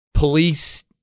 Police